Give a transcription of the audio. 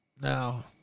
now